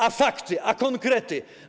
A fakty, konkrety?